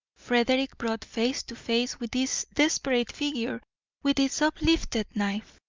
frederick brought face to face with this desperate figure with its uplifted knife.